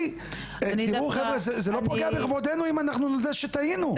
זה לא פוגע בכבודתנו להודות שטעינו.